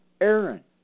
Aaron